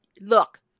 look